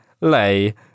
lay